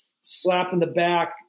slap-in-the-back